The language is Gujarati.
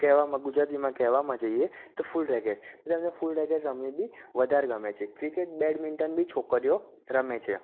કહેવામાં ગુજરાતીમાં કહેવામાં જઈએ તો ફૂલ રેકેટ તો તેમને ફૂલ રેકેટ રમવી બી વધારે ગમે છે ક્રિકેટ બેડમિન્ટન બી છોકરીઓ રમે છે